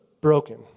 broken